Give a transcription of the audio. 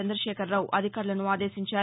చందశేఖరరావు అధికారులను ఆదేశించారు